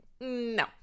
no